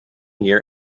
year